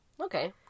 Okay